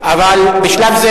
בשלב הזה,